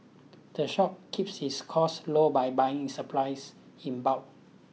the shop keeps its costs low by buying supplies in bulk